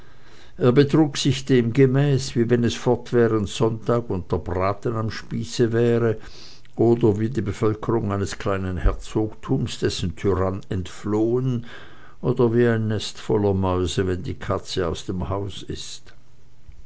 betrug sich demgemäß wie wenn es fortwährend sonntag und der braten am spieße wäre oder wie die bevölkerung eines kleinen herzogtums dessen tyrann entflohen oder wie ein nest voll mäuse wenn die katz aus dem hause ist